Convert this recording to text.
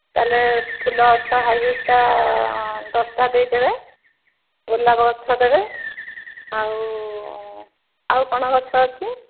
ତା'ହେଲେ ଫୁଲ ଗଛ ହାଇବ୍ରିଡ଼୍ଟା ଦଶଟା ଦେଇ ଦେବେ ଗୋଲାପ ଗଛ ଦେବେ ଆଉ ଆଉ କ'ଣ ଗଛ ଅଛି